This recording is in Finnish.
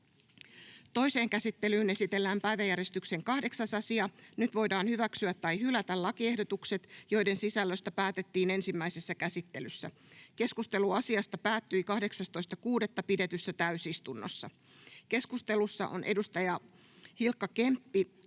Toiseen käsittelyyn esitellään päiväjärjestyksen 9. asia. Nyt voidaan hyväksyä tai hylätä lakiehdotukset, joiden sisällöstä päätettiin ensimmäisessä käsittelyssä. Keskustelu asiasta päättyi 18.6.2024 pidetyssä täysistunnossa. Keskustelussa edustaja Laura